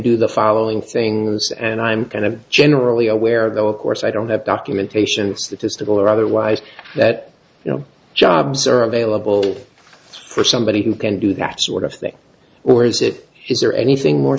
do the following things and i'm kind of generally aware though of course i don't have documentation of statistical or otherwise that you know jobs are available for somebody who can do that sort of thing or is it his or anything more